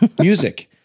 music